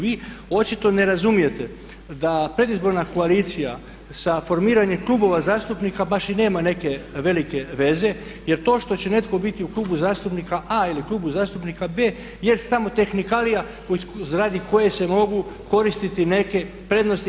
Vi očito ne razumijete da predizborna koalicija sa formiranjem klubova zastupnika baš i nema neke velike veze jer to što će netko biti u klubu zastupnika a ili u klubu zastupnika b jest samo tehnikalija radi koje se mogu koristiti neke prednosti.